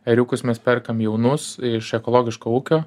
ėriukus mes perkam jaunus iš ekologiško ūkio